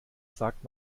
sagt